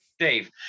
dave